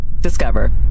Discover